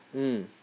mm